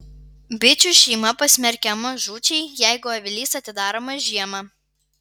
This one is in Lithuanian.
bičių šeima pasmerkiama žūčiai jeigu avilys atidaromas žiemą